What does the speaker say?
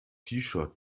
shirt